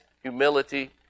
humility